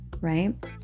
right